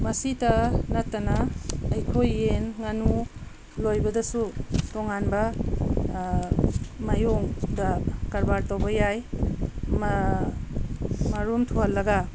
ꯃꯁꯤꯇ ꯅꯠꯇꯅ ꯑꯩꯈꯣꯏ ꯌꯦꯟ ꯉꯥꯅꯨ ꯂꯣꯏꯕꯗꯁꯨ ꯇꯣꯉꯥꯟꯕ ꯃꯥꯏꯌꯣꯡꯗ ꯀꯔꯕꯥꯔ ꯇꯧꯕ ꯌꯥꯏ ꯃꯔꯨꯝ ꯊꯨꯍꯟꯂꯒ